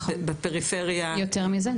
בפריפריה יותר מזה.